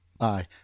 Aye